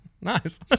nice